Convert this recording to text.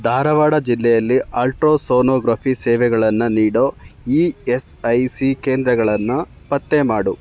ಧಾರವಾಡ ಜಿಲ್ಲೆಯಲ್ಲಿ ಅಲ್ಟ್ರಾಸೋನೋಗ್ರಫಿ ಸೇವೆಗಳನ್ನು ನೀಡೋ ಇ ಎಸ್ ಐ ಸಿ ಕೇಂದ್ರಗಳನ್ನು ಪತ್ತೆ ಮಾಡು